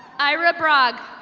ira brog.